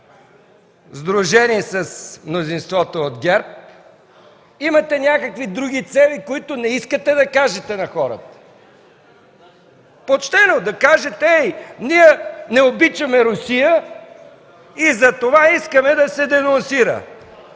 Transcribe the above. сдружени с мнозинството от ГЕРБ, имате някакви други цели, за които не искате да кажете на хората. Почтено е да кажете: „Ей, ние не обичаме Русия, затова искаме да се денонсира.